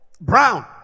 Brown